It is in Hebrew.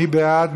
מי בעד?